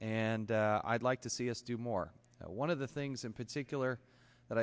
and i'd like to see us do more one of the things in particular that i